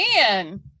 man